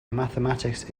mathematics